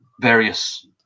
various